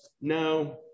no